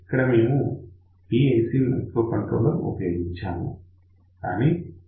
ఇక్కడ మేము PIC microcontroller ఉపయోగించాము